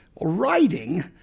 Writing